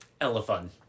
Elephant